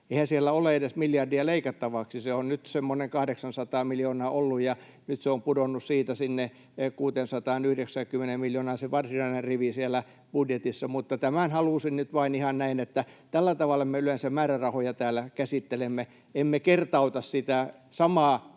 Eihän siellä edes ole miljardia leikattavaksi. Se on nyt semmoinen 800 miljoonaa ollut, ja nyt se varsinainen rivi siellä budjetissa on pudonnut siitä sinne 690 miljoonaan. Mutta tämän halusin nyt vain ihan näin sanoa, että tällä tavalla me yleensä määrärahoja täällä käsittelemme — emme kertauta sitä samaa